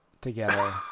together